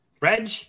reg